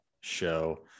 show